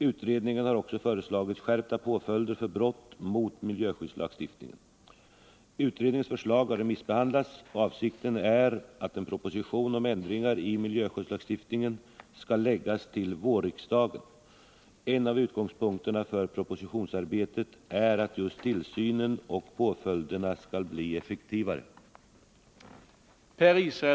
Utredningen har också föreslagit skärpta påföljder för brott mot miljöskyddslagstiftningen. Utredningens förslag har remissbehandlats, och avsikten är att en proposition om ändringar i miljöskyddslagstiftningen skall framläggas för riksdagen under våren. En av utgångspunkterna för propositionsarbetet är att just tillsynen och påföljderna skall bli effektivare.